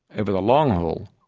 over the long haul,